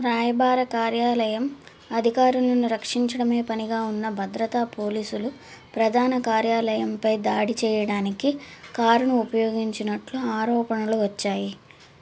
రాయబార కార్యాలయం అధికారులను రక్షించడమే పనిగా ఉన్న భద్రతా పోలీసులు ప్రధాన కార్యాలయంపై దాడి చేయడానికి కారును ఉపయోగించినట్లు ఆరోపణలు వచ్చాయి